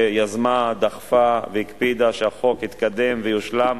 שיזמה, דחפה והקפידה שהחוק יתקדם ויושלם